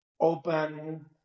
open